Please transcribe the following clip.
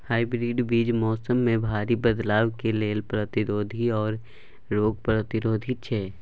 hybrid बीज मौसम में भारी बदलाव के लेल प्रतिरोधी आर रोग प्रतिरोधी छै